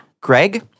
Greg